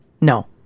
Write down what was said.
No